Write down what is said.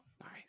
nice